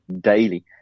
Daily